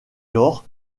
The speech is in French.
lors